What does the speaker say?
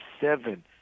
seven